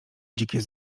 dzikie